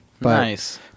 Nice